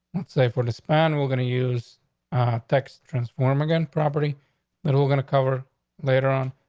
let's say for the span, we're gonna use text transform again property that we're gonna cover later on.